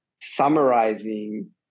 summarizing